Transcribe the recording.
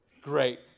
great